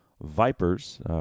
Vipers